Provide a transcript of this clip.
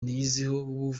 niyiziho